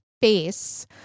face